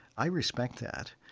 i respect that.